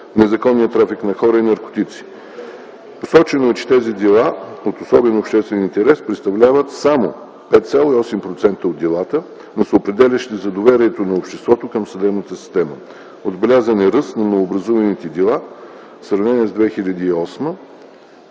незаконния трафик на хора и наркотици. Посочено е, че тези дела от особен обществен интерес представляват само 5,8% от делата, но са определящи за доверието на обществото към съдебната система. Отбелязан е ръст на новообразуваните дела в сравнение с 2008